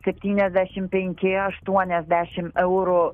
septyniasdešim penki aštuoniasdešim eurų